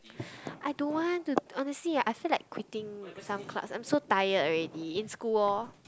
I don't want to honestly I feel like quitting some clubs I'm so tired already in school orh